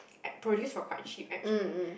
I produce were quite cheap actually